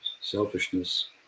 selfishness